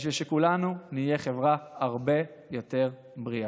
בשביל שכולנו נהיה חברה הרבה יותר בריאה.